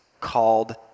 called